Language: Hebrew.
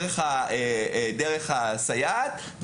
דרך הסייעת,